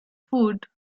food